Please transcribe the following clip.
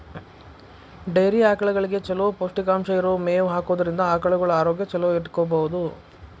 dairy ಆಕಳಗಳಿಗೆ ಚೊಲೋ ಪೌಷ್ಟಿಕಾಂಶ ಇರೋ ಮೇವ್ ಹಾಕೋದ್ರಿಂದ ಆಕಳುಗಳ ಆರೋಗ್ಯ ಚೊಲೋ ಇಟ್ಕೋಬಹುದು